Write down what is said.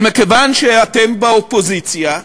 אבל מכיוון שאתם באופוזיציה,